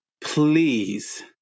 Please